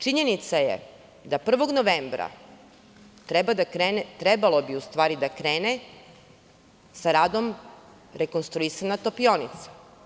Činjenica je da 1. novembra bi trebalo da krene sa radom rekonstruisana topionica.